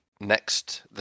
next